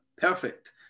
Perfect